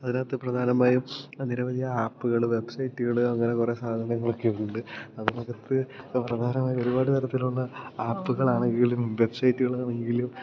അതിനകത്ത് പ്രധാനമായും നിരവധി ആപ്പ്കൾ വെബ്സൈറ്റ്കൾ അങ്ങനെ കുറേ സാധനങ്ങളൊക്കെയുണ്ട് അതിനകത്ത് വേറെ വേറൊരുപാട് തരത്തിലുള്ള ആപ്പ്കളാണെങ്കിലും വെബ്സൈറ്റ്കളാണെങ്കിലും